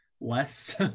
less